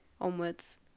onwards